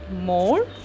more